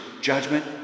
Judgment